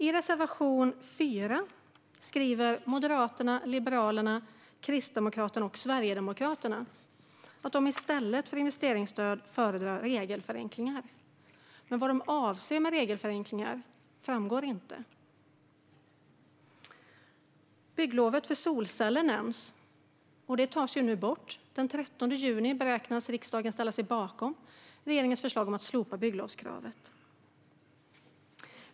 I reservation 4 skriver Moderaterna, Liberalerna, Kristdemokraterna och Sverigedemokraterna att de i stället för investeringsstöd föredrar regelförenklingar. Men vad de avser med regelförenklingar framgår inte. Bygglovet för solceller nämns, och det tas nu bort. Den 13 juni beräknas riksdagen ställa sig bakom regeringens förslag att slopa bygglovskravet.